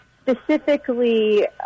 Specifically